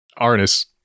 Arnis